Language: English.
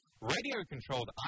Radio-controlled